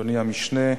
אדוני המשנה,